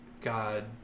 God